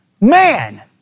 man